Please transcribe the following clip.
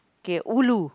okay ulu